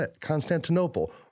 Constantinople